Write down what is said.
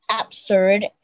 absurd